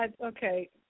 Okay